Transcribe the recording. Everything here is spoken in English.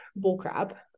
bullcrap